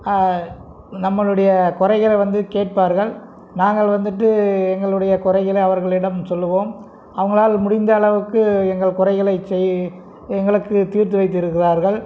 நம்மளுடைய குறைகளை வந்து கேட்பார்கள் நாங்கள் வந்துட்டு எங்களுடைய குறைகளை அவர்களிடம் சொல்லுவோம் அவங்களால் முடிந்த அளவுக்கு எங்கள் குறைகளை செய் எங்களுக்கு தீர்த்து வைத்திருக்கிறார்கள்